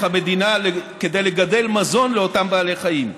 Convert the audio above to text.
המדינה כדי לגדל מזון לאותם בעלי החיים.